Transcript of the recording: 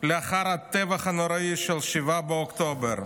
לאחר הטבח הנוראי של 7 באוקטובר,